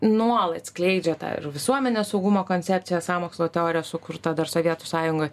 nuolat skleidžia tą ir visuomenės saugumo koncepciją sąmokslo teorija sukurta dar sovietų sąjungoj